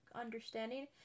understanding